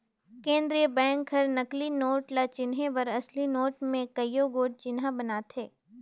केंद्रीय बेंक हर नकली नोट ल चिनहे बर असली नोट में कइयो गोट चिन्हा बनाथे